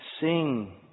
Sing